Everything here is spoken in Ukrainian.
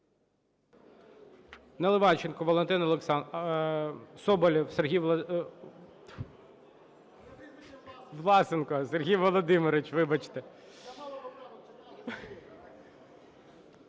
Наливайченко Валентин Олександрович… Соболєв Сергій… Власенко Сергій Володимирович, вибачте.